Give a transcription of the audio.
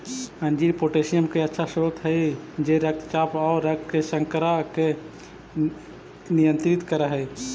अंजीर पोटेशियम के अच्छा स्रोत हई जे रक्तचाप आउ रक्त शर्करा के नियंत्रित कर हई